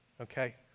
Okay